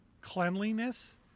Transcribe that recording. cleanliness